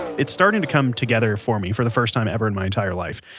it's starting to come together for me for the first time ever in my entire life.